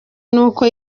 n’uko